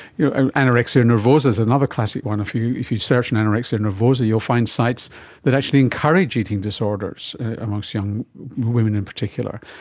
ah anorexia nervosa is another classic one. if you if you search on anorexia nervosa you'll find sites that actually encourage eating disorders amongst young women in particular.